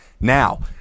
Now